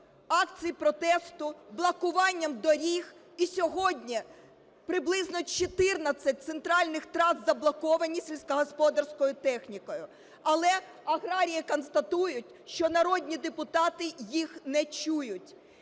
акцій протесту, блокуванням доріг, і сьогодні приблизно 14 центральних трас заблоковані сільськогосподарською технікою. Але аграрії констатують, що народні депутати їх не чують,